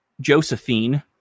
Josephine